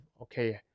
okay